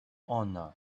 honor